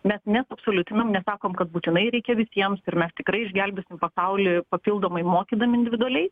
mes neabsoliutinam nesakom kad būtinai reikia visiems ir mes tikrai išgelbėsim pasaulį papildomai mokydami individualiai